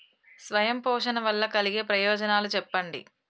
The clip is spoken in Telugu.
స్వయం పోషణ వల్ల కలిగే ప్రయోజనాలు చెప్పండి?